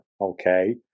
Okay